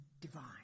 divine